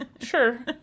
Sure